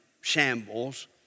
shambles